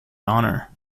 honor